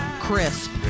crisp